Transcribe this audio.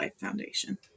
Foundation